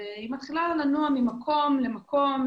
היא מתחילה לנוע ממקום למקום,